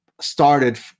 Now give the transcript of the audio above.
started